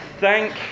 Thank